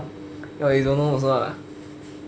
oh you don't know also ah